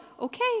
Okay